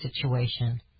situation